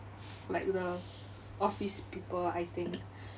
like the office people I think